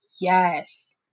yes